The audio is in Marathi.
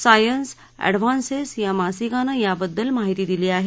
सायन्स अद्विहान्सेस या मसिकानं याबद्दल माहिती दिली आहे